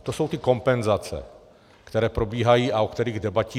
To jsou ty kompenzace, které probíhají a o kterých debatíme.